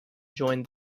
joined